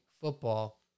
football